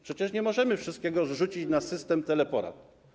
Przecież nie możemy wszystkiego zrzucić na system teleporad.